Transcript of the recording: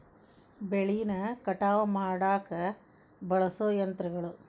ಬೆಳಿನ ಕಟಾವ ಮಾಡಾಕ ಬಳಸು ಯಂತ್ರಗಳು